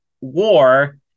war